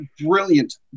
brilliant